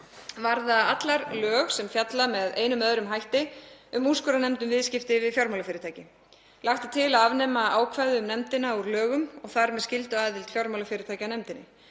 varða allar lög sem fjalla með einum eða öðrum hætti um úrskurðarnefnd um viðskipti við fjármálafyrirtæki. Lagt er til að afnema ákvæði um nefndina úr lögum og þar með skylduaðild fjármálafyrirtækja.